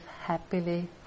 happily